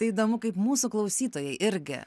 tai įdomu kaip mūsų klausytojai irgi